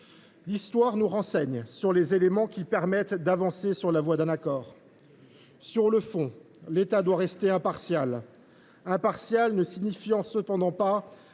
L’histoire nous renseigne sur les éléments qui permettraient d’avancer sur la voie d’un accord. Sur le fond, l’État doit rester impartial, ce qui ne signifie pas